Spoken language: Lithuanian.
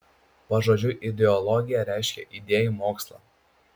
pažodžiui ideologija reiškia idėjų mokslą